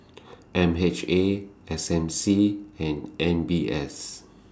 M H A S M C and M B S